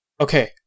Okay